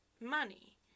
money